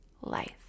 life